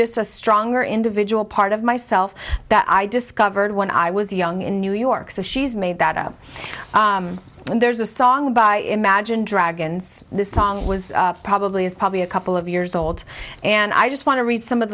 just a stronger individual part of myself that i discovered when i was young in new york so she's made that up and there's a song by imagine dragons this song was probably is probably a couple of years old and i just want to read some of